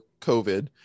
COVID